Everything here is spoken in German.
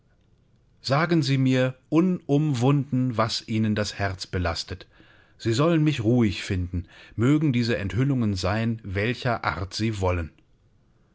sagen sie mir unumwunden was ihnen das herz belastet sie sollen mich ruhig finden mögen diese enthüllungen sein welcher art sie wollen